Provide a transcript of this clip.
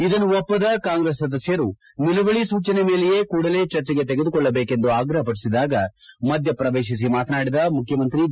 ಇದನ್ನು ಒಪ್ಪದ ಕಾಂಗ್ರೆಸ್ ಸದಸ್ಕರು ನಿಲುವಳಿ ಸೂಚನೆ ಮೇಲೆಯೇ ಕೂಡಲೇ ಚರ್ಜೆಗೆ ಕೆಗೆದುಕೊಳ್ಳಬೇಕೆಂದು ಆಗ್ರಪಪಡಿಸಿದಾಗ ಮಧ್ಯ ಪ್ರವೇಶಿಸಿ ಮಾತನಾಡಿದ ಮುಖ್ಯಮಂತ್ರಿ ಬಿ